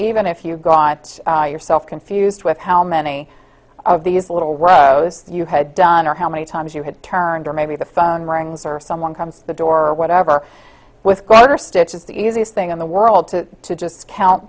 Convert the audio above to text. even if you've got yourself confused with how many of these little rows you had done or how many times you had turned or maybe the phone rings or someone comes to the door or whatever with growth or stitch is the easiest thing in the world to just count